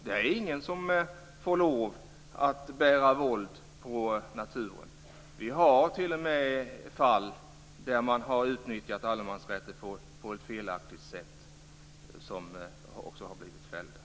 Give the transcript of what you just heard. Det är ingen som får lov att bruka våld på naturen. Vi har t.o.m. fall där man har utnyttjat allemansrätten på ett felaktigt sätt och också blivit fälld.